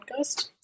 podcast